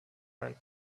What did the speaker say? ein